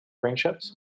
friendships